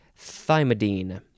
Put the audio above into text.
thymidine